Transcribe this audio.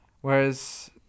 whereas